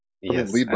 Yes